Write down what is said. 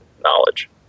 knowledge